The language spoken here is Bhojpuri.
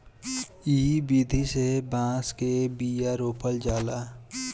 इ विधि से बांस के बिया रोपल जाला